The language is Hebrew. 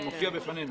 מופיע בפנינו.